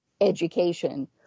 education